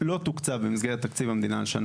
לא תוקצבה במסגרת תקציב המדינה לשנים